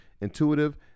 intuitive